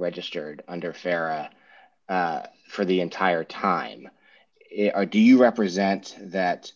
registered under fair and for the entire time if i do you represent that